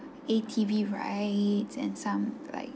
A_T_V rides and some like